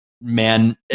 Man